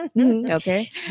okay